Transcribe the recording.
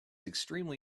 extremely